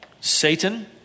Satan